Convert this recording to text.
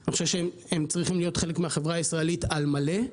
אני חושב שהם צריכים להיות חלק מהחברה הישראלית על מלא.